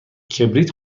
کبریت